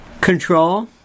Control